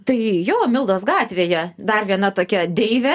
tai jo mildos gatvėje dar viena tokia deivė